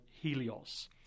Helios